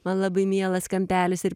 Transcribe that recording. man labai mielas kampelis ir